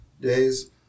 days